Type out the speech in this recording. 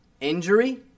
injury